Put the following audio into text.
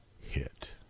hit